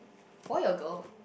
boy or girl